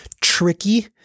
tricky